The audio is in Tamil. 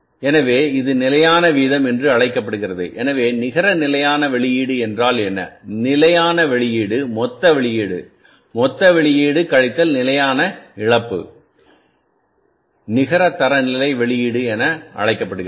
எனவே இது நிலையான வீதம் என்று அழைக்கப்படுகிறது எனவே நிகர நிலையான வெளியீடு என்றால் என்ன நிலையான வெளியீடு மொத்த வெளியீடு மொத்த வெளியீடு கழித்தல் நிலையான இழப்பு நிகர தரநிலை வெளியீடு என அழைக்கப்படுகிறது